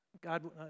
God